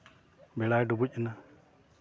ᱵᱮᱲᱟᱭ ᱰᱩᱵᱩᱡ ᱮᱱᱟ